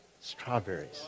strawberries